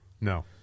No